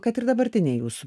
kad ir dabartiniai jūsų